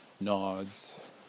nods